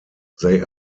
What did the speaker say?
they